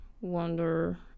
wonder